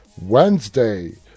Wednesday